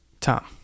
Tom